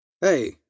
Hey